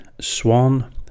swan